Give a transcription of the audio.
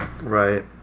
Right